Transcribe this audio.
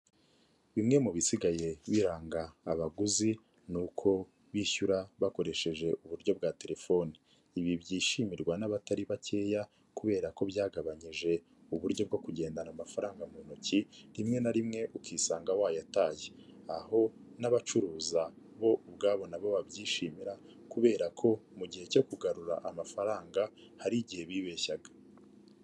Bimwe mu bisigaye biranga abaguzi, ni uko uko bishyura bakoresheje uburyo bwa telefoni. Ibi byishimirwa n'abatari bakeya kubera ko byagabanyije uburyo bwo kugendana amafaranga mu ntoki, rimwe na rimwe ukisanga wayataye. Aho n'abacuruza bo ubwabo na bo babyishimira, kubera ko mu gihe cyo kugarura amafaranga hari igihe bibeshyaga.